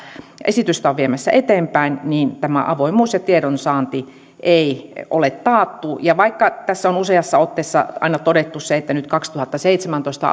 esitystä on viemässä eteenpäin avoimuus ja tiedonsaanti ei ole taattu ja kun tässä on useassa otteessa aina todettu se että nyt vuoden kaksituhattaseitsemäntoista